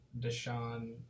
Deshaun